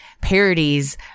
parodies